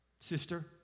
Sister